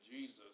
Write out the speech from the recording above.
Jesus